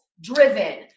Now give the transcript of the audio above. driven